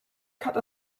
cut